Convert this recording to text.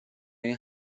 این